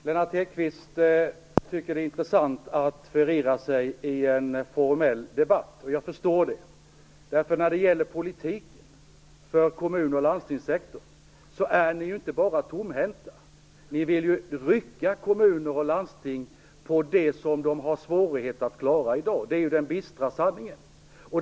Herr talman! Lennart Hedquist tycker att det är intressant att förirra sig i en formell debatt, och jag förstår det. När det gäller politiken för kommun och landstingssektorn är Moderaterna ju inte bara tomhänta, de vill ju också rycka ifrån kommuner och landsting det som de har svårigheter att klara i dag. Det är ju den bistra sanningen.